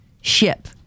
Ship